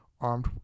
armed